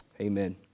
Amen